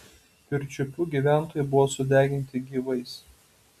pirčiupių gyventojai buvo sudeginti gyvais